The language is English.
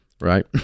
right